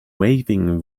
waving